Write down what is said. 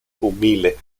humile